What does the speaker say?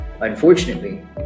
Unfortunately